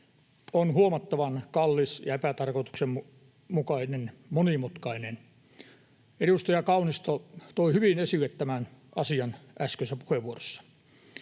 on huomattavan kallis, epätarkoituksenmukainen ja monimutkainen. Edustaja Kaunisto toi hyvin esille tämän asian äskeisessä puheenvuorossa.